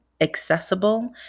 accessible